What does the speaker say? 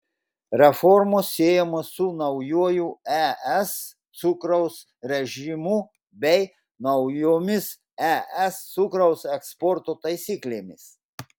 reformos siejamos su naujuoju es cukraus režimu bei naujomis es cukraus eksporto taisyklėmis